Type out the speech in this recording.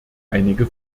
einige